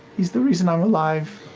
he's the reason i'm alive.